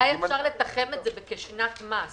אולי אפשר לתחם את זה בשנת מס.